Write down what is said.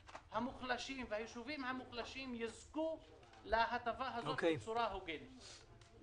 המוחלשים והיישובים המוחלשים יזכו להטבה הזאת בצורה הוגנת.